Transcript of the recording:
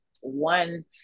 one